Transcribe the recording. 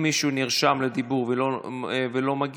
אם מישהו נרשם לדיבור ולא מגיע,